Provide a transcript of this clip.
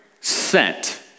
sent